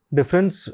Difference